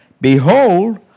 behold